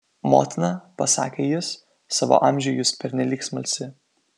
motina pasakė jis savo amžiui jūs pernelyg smalsi